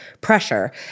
pressure